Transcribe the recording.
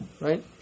right